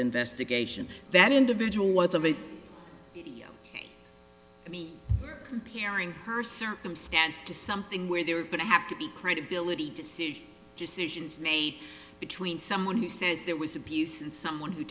investigation that individual was of a you know i mean comparing her circumstance to something where they were going to have to be credibility to see decisions made between someone who says there was abuse and someone who